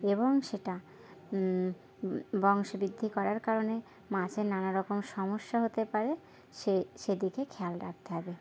এবং সেটা বংশবৃদ্ধি করার কারণে মাছের নানা রকম সমস্যা হতে পারে সে সে দিকে খেয়াল রাখতে হবে